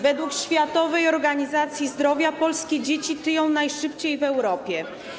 Według Światowej Organizacji Zdrowia polskie dzieci tyją najszybciej w Europie.